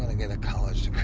get a college